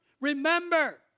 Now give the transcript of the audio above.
remember